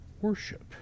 worship